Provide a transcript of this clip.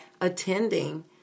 attending